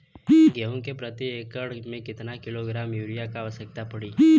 गेहूँ के प्रति एक एकड़ में कितना किलोग्राम युरिया क आवश्यकता पड़ी?